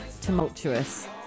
tumultuous